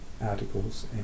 articles